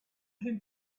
him